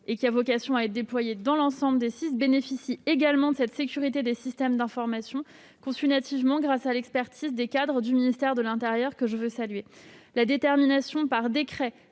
et qui a vocation à être déployé dans l'ensemble des SDIS, bénéficie également de cette sécurité des systèmes d'information conçue nativement grâce à l'expertise des cadres du ministère de l'intérieur, que je veux saluer. La détermination par décret